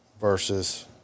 versus